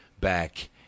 back